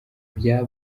bya